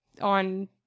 on